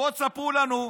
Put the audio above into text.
בואו תספרו לנו,